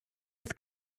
with